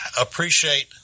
appreciate